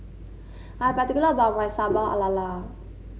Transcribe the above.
I'm particular about my Sambal Lala